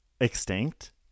extinct